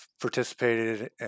participated